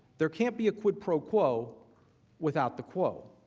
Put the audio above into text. there can't be a quick pro quote without the quote.